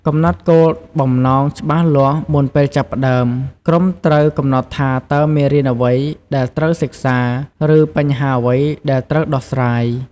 កំណត់គោលបំណងច្បាស់លាស់ មុនពេលចាប់ផ្តើម ក្រុមត្រូវកំណត់ថា តើមេរៀនអ្វីដែលត្រូវសិក្សា ឬបញ្ហាអ្វីដែលត្រូវដោះស្រាយ។